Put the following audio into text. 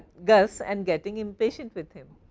gus and getting impatient with him.